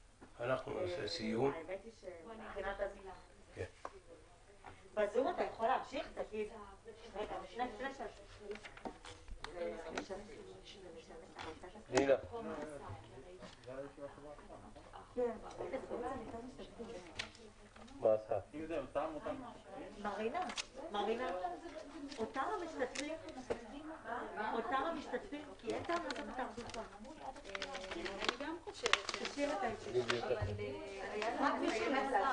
09:40.